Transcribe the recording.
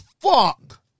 fuck